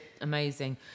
amazing